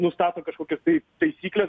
nustato kažkokias tai taisykles